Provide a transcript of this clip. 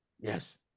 Yes